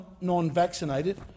non-vaccinated